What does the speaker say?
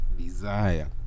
Desire